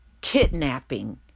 kidnapping